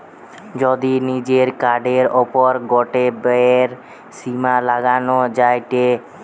যদি নিজের কার্ডের ওপর গটে ব্যয়ের সীমা লাগানো যায়টে